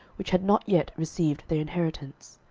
which had not yet received their inheritance.